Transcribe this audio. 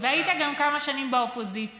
והיית גם כמה שנים באופוזיציה,